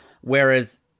Whereas